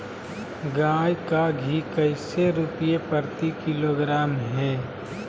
गाय का घी कैसे रुपए प्रति किलोग्राम है?